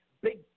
big